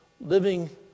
living